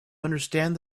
understand